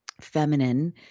feminine